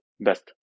best